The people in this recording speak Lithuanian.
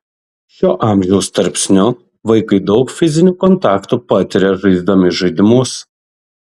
šiuo amžiaus tarpsniu vaikai daug fizinių kontaktų patiria žaisdami žaidimus